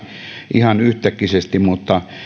ihan yhtäkkisesti mutta